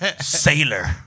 sailor